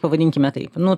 pavadinkime taip nu